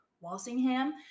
Walsingham